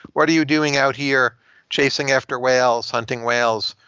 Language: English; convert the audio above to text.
what are you doing out here chasing after whales, hunting whales,